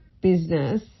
business